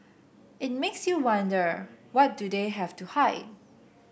it makes you wonder what do they have to hide